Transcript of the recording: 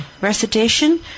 Recitation